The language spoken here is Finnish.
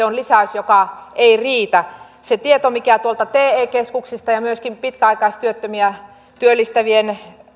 on lisäys joka ei riitä se tieto mikä te keskuksista ja myöskin pitkäaikaistyöttömiä työllistävien